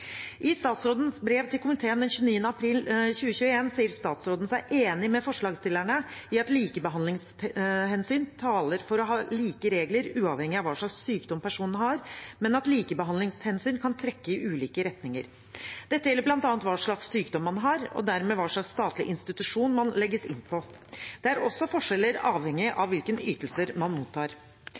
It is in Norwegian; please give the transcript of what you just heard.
I statsrådens brev til komiteen den 29. april 2021 sier statsråden seg enig med forslagsstillerne i at likebehandlingshensyn taler for å ha like regler uavhengig av hva slags sykdom personen har, men at likebehandlingshensyn kan trekke i ulike retninger. Dette gjelder bl.a. hva slags sykdom man har, og dermed hva slags statlig institusjon man legges inn på. Det er også forskjeller avhengig av hvilke ytelser man mottar.